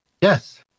Yes